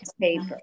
paper